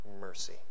mercy